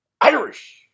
Irish